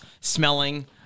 smelling